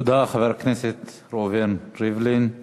תודה לחבר הכנסת ראובן ריבלין.